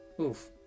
Oof